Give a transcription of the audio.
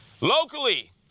Locally